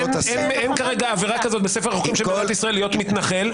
אין כרגע עבירה כזאת בספר החוקים של מדינת ישראל להיות מתנחל.